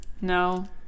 no